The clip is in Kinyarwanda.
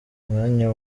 mwanya